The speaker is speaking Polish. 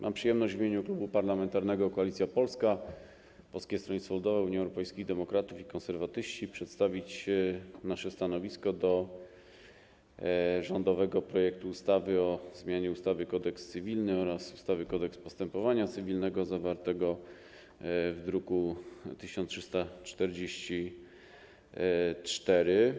Mam przyjemność w imieniu Kluba Parlamentarnego Koalicja Polska - Polskie Stronnictwo Ludowe, Unia Europejskich Demokratów, Konserwatyści przedstawić nasze stanowisko wobec rządowego projektu ustawy o zmianie ustawy - Kodeks cywilny oraz ustawy - Kodeks postepowania cywilnego, zawartego w druku nr 1344.